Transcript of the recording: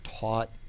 taught